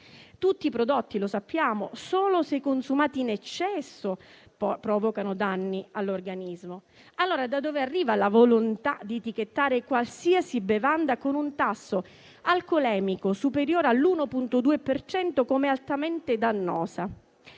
tutti i prodotti, solo se consumati in eccesso provocano danni all'organismo. Allora da dove proviene la volontà di etichettare qualsiasi bevanda con un tasso alcolemico superiore al 1,2 per cento come altamente dannosa?